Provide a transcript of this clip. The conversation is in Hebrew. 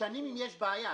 משנים אם יש בעיה.